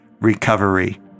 recovery